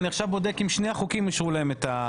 אני בודק עכשיו אם לשני החוקים אישרו את הפטורים.